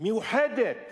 מיוחדת